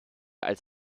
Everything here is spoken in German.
als